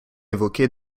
évoqué